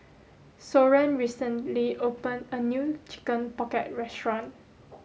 Soren recently opened a new chicken pocket restaurant